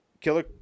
Killer